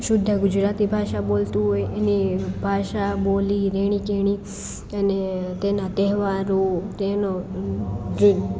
શુદ્ધ ગુજરાતી ભાષા બોલતું હોય એની ભાષા બોલી રહેણી કરણી અને તેના તહેવારો તેનો જો